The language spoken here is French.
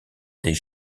des